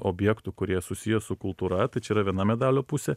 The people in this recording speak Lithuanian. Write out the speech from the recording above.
objektų kurie susiję su kultūra tai čia yra viena medalio pusė